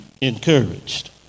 encouraged